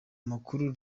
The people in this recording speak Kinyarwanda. makuru